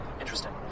Interesting